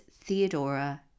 Theodora